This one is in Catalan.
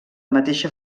mateixa